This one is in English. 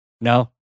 No